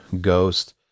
ghost